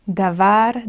Davar